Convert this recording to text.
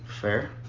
Fair